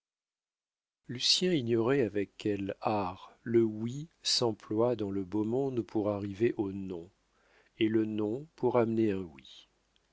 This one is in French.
nègrepelisse lucien ignorait avec quel art le oui s'emploie dans le beau monde pour arriver au non et le non pour amener un oui